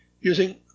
using